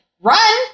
run